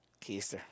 Keister